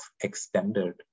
extended